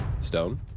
Stone